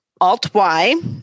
Alt-Y